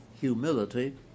humility